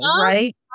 right